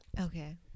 Okay